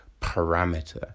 parameter